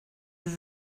his